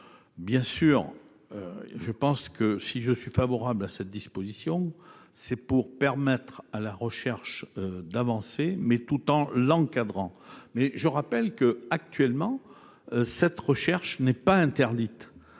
inférieure à 50 %. Si je suis favorable à cette disposition, c'est pour permettre à la recherche d'avancer, tout en l'encadrant. Je le rappelle, actuellement, cette recherche n'est pas interdite.